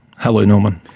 hello norman.